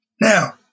Now